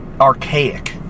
archaic